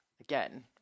again